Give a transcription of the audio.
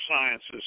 Sciences